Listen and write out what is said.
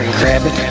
grab it,